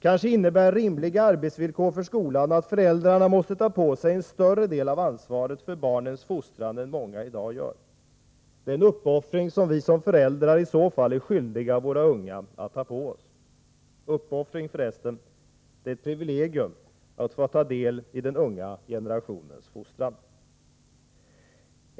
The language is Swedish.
Kanske innebär rimliga arbetsvillkor för skolan att föräldrarna måste ta på sig en större del av ansvaret för barnens fostran än många i dag gör. Det är en uppoffring vi föräldrar i så fall är skyldiga våra unga att ta på oss. Uppoffring förresten, det är ett privilegium att få ta del i den unga generationens fostran.